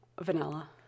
vanilla